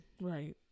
right